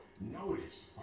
Notice